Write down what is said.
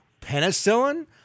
Penicillin